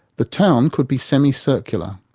the town could be semi-circular,